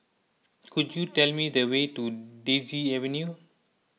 could you tell me the way to Daisy Avenue